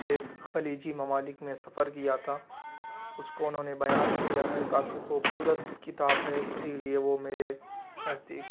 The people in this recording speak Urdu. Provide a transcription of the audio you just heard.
ایک خلیجی ممالک میں سفر کیا تھا اس کو انہوں نے بیان کیا ہے کافی خوبصورت کتاب ہے اسی لیے وہ میرے نزدیک